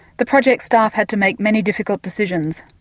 the project staff had to make many difficult decisions.